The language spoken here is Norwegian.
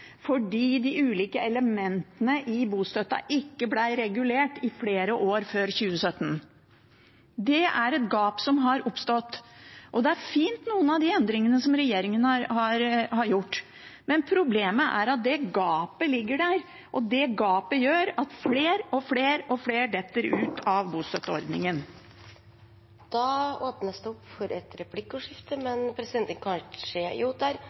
fordi de ulike elementene i bostøtten ikke ble regulert i flere år før 2017. Det er et gap som har oppstått, og noen av de endringene som regjeringen har gjort, er fine, men problemet er at det gapet ligger der. Det gapet gjør at flere og flere detter ut av bostøtteordningen. Det blir replikkordskifte. Det går godt i Noreg – svært godt. Den økonomiske veksten er på god veg opp igjen, etter ein periode der